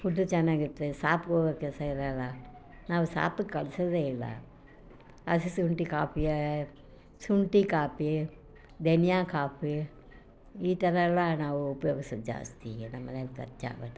food ಚೆನ್ನಾಗಿದ್ರೆ ಸಾಪ್ಗ್ ಹೋಗೋ ಕೆಲಸ ಇರೋಲ್ಲ ನಾವು ಸಾಪಗೆ ಕಲ್ಸೋದೇ ಇಲ್ಲ ಹಸಿ ಶುಂಠಿ ಕಾಪಿಯ ಶುಂಠಿ ಕಾಪಿ ಧನಿಯಾ ಕಾಪಿ ಈ ಥರಯೆಲ್ಲ ನಾವು ಉಪಯೋಗಿಸೋದು ಜಾಸ್ತಿ ನಮ್ಮನೆಯಲಿ ಖರ್ಚಾಗೋದು